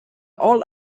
all